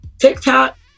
TikTok